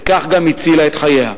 וכך גם הצילה את חייה.